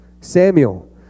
Samuel